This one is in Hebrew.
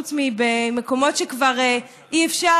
חוץ מבמקומות שכבר אי-אפשר,